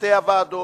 וצוותי הוועדות,